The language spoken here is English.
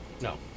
No